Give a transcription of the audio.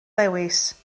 lewis